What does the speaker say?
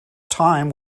time